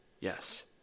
Yes